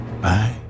Bye